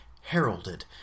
heralded